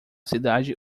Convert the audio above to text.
cidade